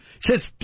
says